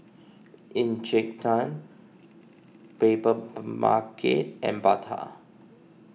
Encik Tan Paper market and Bata